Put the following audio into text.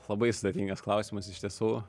labai sudėtingas klausimas iš tiesų